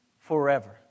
forever